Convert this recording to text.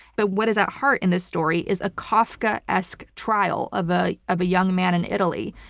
but what is at heart in this story is a kafkaesque trial of ah of a young man in italy.